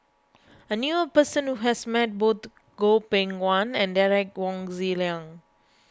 I knew a person who has met both Goh Beng Kwan and Derek Wong Zi Liang